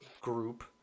group